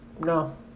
no